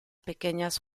pequeñas